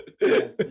yes